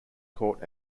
court